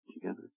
together